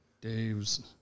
Dave's